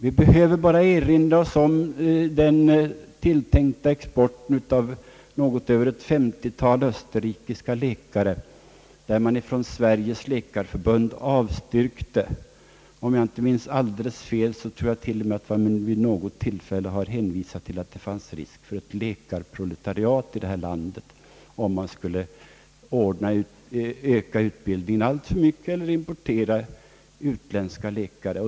Vi behöver bara erinra oss den tilltänkta importen av ett femtiotal österrikiska läkare, där Sveriges läkarförbund avstyrkte, och jag tror t.o.m. att man vid något tillfälle hänvisade till att det fanns risk för ett läkarproletariat här i landet om man skulle öka utbildningen alltför mycket eller importera utländska läkare.